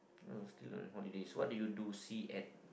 oh student holiday what do you do see at